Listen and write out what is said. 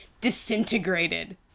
disintegrated